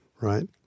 right